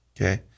Okay